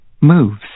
moves